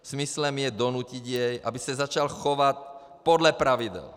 Smyslem je donutit jej, aby se začal chovat podle pravidel.